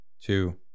two